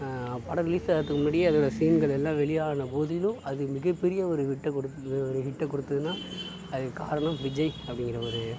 படம் ரிலீஸ் ஆகுறதுக்கு முன்னாடியே அதோட சீன்கள் எல்லாம் வெளியான போதிலும் அது மிகப் பெரிய ஒரு ஹிட்டை கொடு ஹிட்டை கொடுத்ததுனால் அதுக்கு காரணம் விஜய் அப்படிங்கிற ஒரு